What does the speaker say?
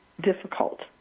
difficult